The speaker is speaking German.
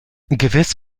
gewiss